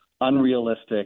unrealistic